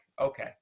Okay